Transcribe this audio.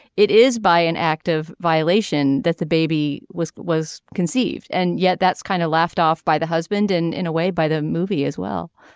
it is by an act of violation that the baby was was conceived. and yet that's kind of laughed off by the husband and in a way by the movie as well.